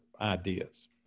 ideas